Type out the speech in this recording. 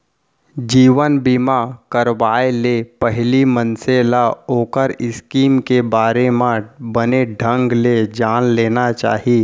जीवन बीमा करवाय ले पहिली मनसे ल ओखर स्कीम के बारे म बने ढंग ले जान लेना चाही